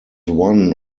one